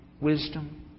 wisdom